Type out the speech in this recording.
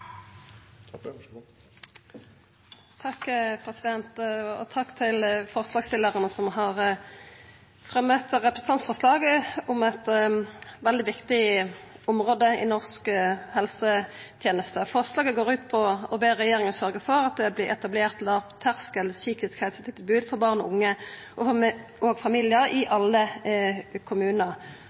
og unge. Takk til forslagsstillarane som har fremja eit representantforslag som gjeld eit veldig viktig område i norsk helseteneste. Forslaget går ut på å be regjeringa sørgja for at det vert etablert lågterskel psykisk helsetilbod for barn, unge og familiar i alle kommunar,